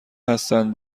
هستند